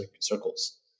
circles